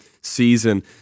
season